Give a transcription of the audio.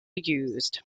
used